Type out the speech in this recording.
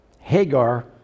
Hagar